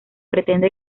pretende